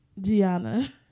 Gianna